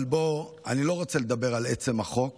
אבל אני לא רוצה לדבר על עצם החוק,